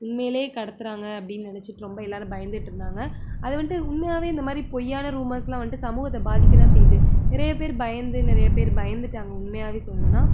உண்மையிலேயே கடத்துகிறாங்க அப்படின்னு நினைச்சிட்டு ரொம்ப எல்லோரும் பயந்துட்டுருந்தாங்க அது வந்துட்டு உண்மையாகவே இந்தமாதிரி பொய்யான ரூமர்ஸுலாம் வந்துட்டு சமூகத்தை பாதிக்கதான் செய்து நிறைய பேர் பயந்து நிறைய பேர் பயந்துவிட்டாங்க உண்மையாகவே சொல்லணுன்னா